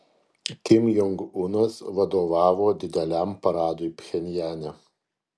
kim jong unas vadovavo dideliam paradui pchenjane